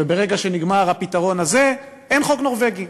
וברגע שנגמר הפתרון הזה, אין חוק נורבגי.